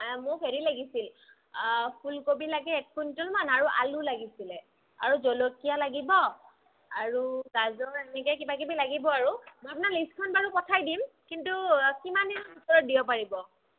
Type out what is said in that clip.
মোক হেৰি লাগিছিল ফুলকবি লাগে এক কুইণ্টলমান আৰু আলু লাগিছিলে আৰু জলকীয়া লাগিব আৰু গাজৰ এনেকৈ কিবাকিবি লাগিব আৰু মই আপোনাক লিষ্টখন বাৰু পঠাই দিম কিন্তু কিমান দিনৰ ভিতৰত দিব পাৰিব